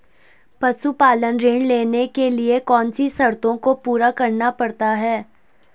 पशुपालन ऋण लेने के लिए कौन सी शर्तों को पूरा करना पड़ता है?